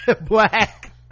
black